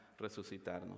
resucitarnos